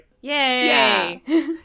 Yay